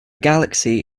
galaxy